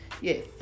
Yes